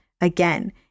again